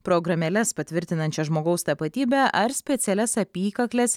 programėles patvirtinančias žmogaus tapatybę ar specialias apykakles